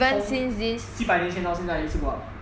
从几百年前到现在一直 go up